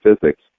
physics